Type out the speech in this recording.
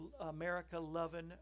america-loving